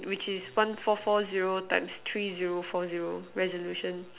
which is one four four zero times three zero four zero resolution